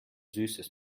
süßes